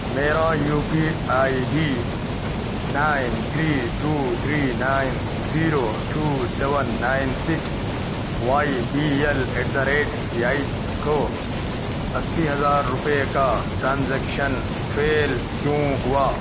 میرا U P I D nine three two three nine zero two seven nine six Y B L at the rate eight کو اسی ہزار روپیے کا transaction fail کیوں ہوا